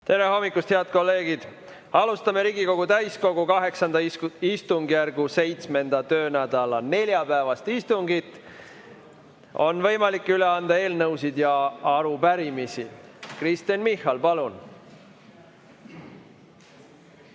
Tere hommikust, head kolleegid! Alustame Riigikogu täiskogu VIII istungjärgu 7. töönädala neljapäevast istungit. On võimalik üle anda eelnõusid ja arupärimisi. Kristen Michal, palun!